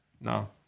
No